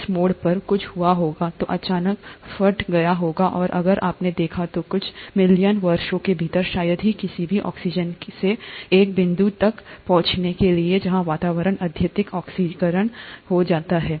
इस मोड़ पर कुछ हुआ होगा जो अचानक फट गया होगा और अगर आपने देखा तो कुछ मिलियन वर्षों के भीतर शायद ही किसी भी ऑक्सीजन से एक बिंदु तक पहुंचने के लिए जहां वातावरण अत्यधिक ऑक्सीकरण हो जाता है